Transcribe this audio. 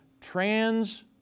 trans